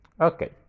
Okay